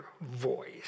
voice